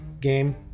game